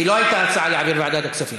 כי לא הייתה הצעה להעביר לוועדת הכספים.